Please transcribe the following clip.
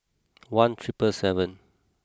one triple seven